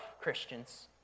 Christians